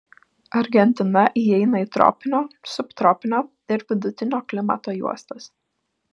argentina įeina į tropinio subtropinio ir vidutinio klimato juostas